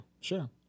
sure